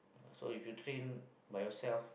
uh so if you train by yourself